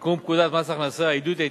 לתיקון פקודת מס הכנסה (עידוד ההתיישבות),